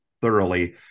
thoroughly